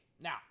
Now